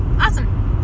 Awesome